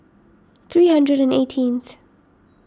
three hundred and eighteenth